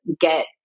get